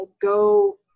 go